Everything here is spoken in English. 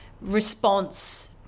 response